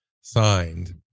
signed